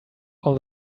all